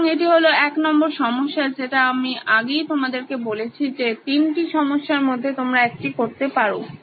সুতরাং এটি হলো ১নং সমস্যা যেটা আমি আগেই তোমাদেরকে বলেছি যে তিনটি সমস্যার মধ্যে তোমরা একটি করতে পারো